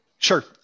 Sure